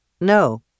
No